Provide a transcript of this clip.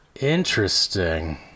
Interesting